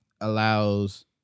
allows